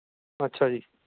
ਅੱਛਾ ਜੀ